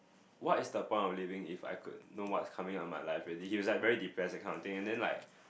what is the point of living if I could know what's coming out my life already he was like very depressed that kind of thing then like